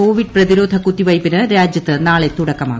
Covid പ്രതിരോധ കുത്തിവയ്പിന് രാജ്യത്ത് നാളെ തുടക്കമാകും